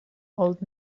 old